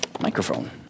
microphone